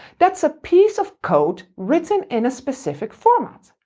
that's a piece of code written in a specific format.